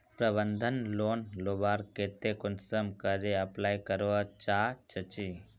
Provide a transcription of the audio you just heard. प्रबंधन लोन लुबार केते कुंसम करे अप्लाई करवा चाँ चची?